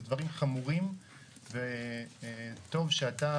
הם דברים חמורים וטוב שאתה,